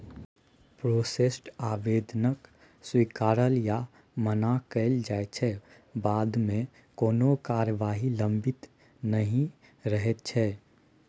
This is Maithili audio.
प्रोसेस्ड आबेदनकेँ स्वीकारल या मना कएल जाइ छै बादमे कोनो कारबाही लंबित नहि रहैत छै